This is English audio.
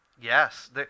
Yes